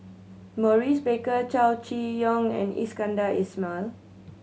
Maurice Baker Chow Chee Yong and Iskandar Ismail